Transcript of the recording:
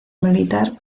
militar